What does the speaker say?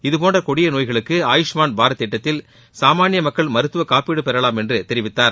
இதபோன்ற கொடிய நோய்களுக்கு ஆயுஷ்மான் பாரத் திட்டத்தில் சாமானிய மக்கள் மருத்துவக் காப்பீடு பெறலாம் என்று தெரிவித்தார்